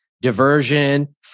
diversion